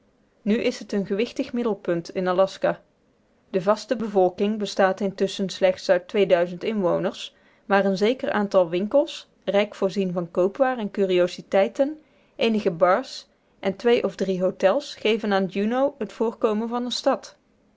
nu is het een gewichtig middelpunt in aljaska de vaste bevolking bestaat intusschen slechts uit inwoners maar een zeker aantal winkels rijk voorzien van koopwaar en curiositeiten eenige bars en twee of drie hôtels geven aan juneau het voorkomen van een stad